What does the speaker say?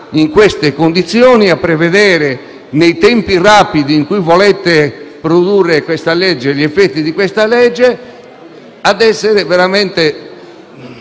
Grazie